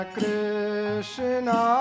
Krishna